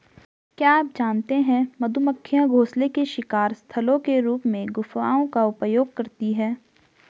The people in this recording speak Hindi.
क्या आप जानते है मधुमक्खियां घोंसले के शिकार स्थलों के रूप में गुफाओं का उपयोग करती है?